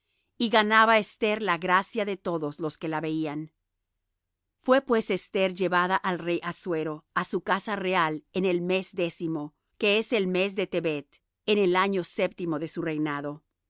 y ganaba esther la gracia de todos los que la veían fué pues esther llevada al rey assuero á su casa real en el mes décimo que es el mes de tebeth en el año séptimo de su reinado